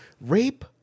rape